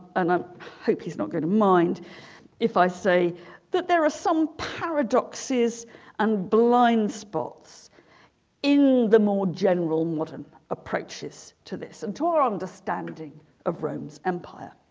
and i um hope he's not going to mind if i say that there are some paradoxes and blind spots in the more general modern approaches to this and to our understanding of rome's empire